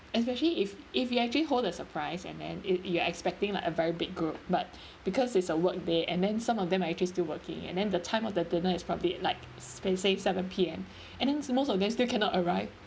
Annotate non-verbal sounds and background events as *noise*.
especially if if you actually hold a surprise and then you you're expecting like a very big group but *breath* because it's a work day and then some of them are actually still working and then the time of the dinner is probably at like play safe seven P_M and then most of them still cannot arrive